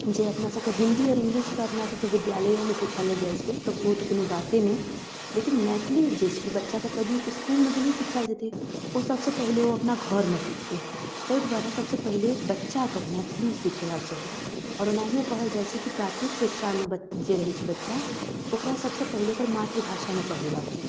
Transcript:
जे अपनासभके हिन्दी आओर इंगलिश अपनासभके विद्यालओमे सिखाएले जाइ छै तऽ ओ तऽ कोनो बाते नहि लेकिन मैथली जे छै बच्चाके कोनो इसकुलमे तऽ नहि सिखाएल जेतै ओ सबसँ पहिले ओ अपना घरमे सिखतै ताहि दुआरे सबसँ पहिले बच्चाकेँ मैथिली सिखेबाके चाही आओर ओनाहिओ कहल जाइ छै कि प्राथमिक शिक्षामे जे रहै छै बच्चा ओकरा सबसँ पहिले ओकर मातृभाषामे पढ़ेबाक चाही